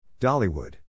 Dollywood